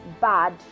bad